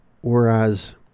Whereas